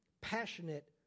passionate